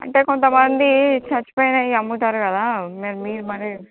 అంటే కొంతమంది చచ్చిపోయాయి అమ్ముతారు కదా మీరు మరి